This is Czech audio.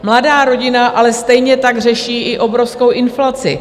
Mladá rodina ale stejně tak řeší i obrovskou inflaci.